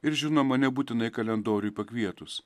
ir žinoma nebūtinai kalendoriui pakvietus